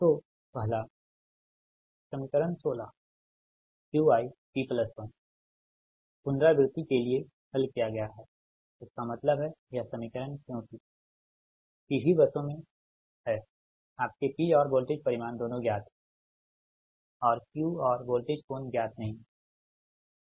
तो पहला समीकरण 16 Q ip1पुनरावृत्ति के लिए हल किया गया है इसका मतलब है यह समीकरण क्योंकि P V बसों में हैआपके P और वोल्टेज परिमाण दोनों ज्ञात हैं और Q और वोल्टेज कोण ज्ञात नहीं हैं